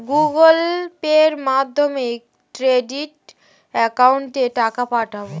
Google পের মাধ্যমে trading একাউন্টে টাকা পাঠাবো?